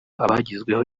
abagizweho